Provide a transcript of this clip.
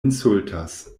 insultas